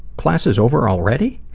class is over already?